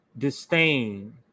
disdain